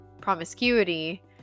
promiscuity